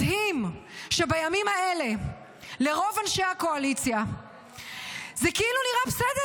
מדהים שבימים האלה לרוב אנשי הקואליציה זה כאילו נראה בסדר.